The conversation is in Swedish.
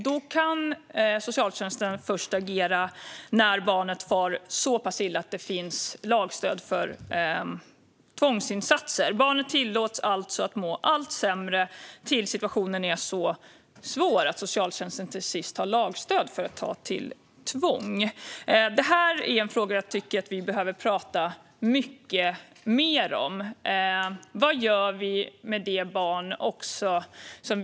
Då kan socialtjänsten först agera när barnet far så pass illa att det finns lagstöd för tvångsinsatser. Barnet tillåts alltså att må allt sämre tills situationen är så svår att socialtjänsten till sist har lagstöd för att ta till tvång. Det här är en fråga som jag tycker att vi behöver prata mycket mer om.